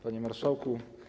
Panie Marszałku!